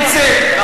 איציק,